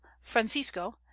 francisco